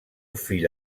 fill